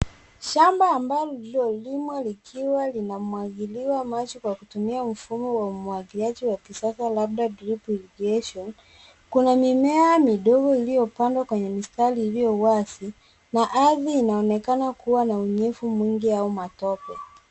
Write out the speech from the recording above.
Shamba ambalo lililolimw likiwa linamwagiliwa maji kwa kutumia mfumo wa umwagiliaji wa kisasa labda drip irrigation . Kuna mimea midogo iliyopandwa kwenye mistari iliyowazi na ardhi inaonekana kuwa na unyevu mwingi au matope.